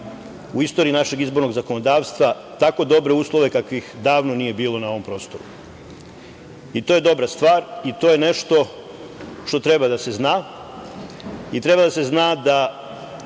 u istoriji našeg izbornog zakonodavstva tako dobre uslove kakvih davno nije bilo na ovom prostoru. To je dobra stvar i to je nešto što treba da se zna i treba da se zna da